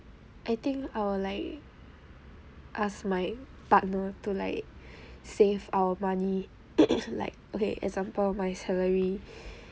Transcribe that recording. I think I will like ask my partner to like save our money like okay example my salary